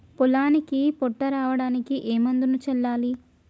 పొలానికి పొట్ట రావడానికి ఏ మందును చల్లాలి?